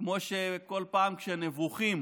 כמו שכל פעם כשנבוכים